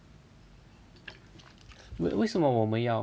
wait 为什么我们要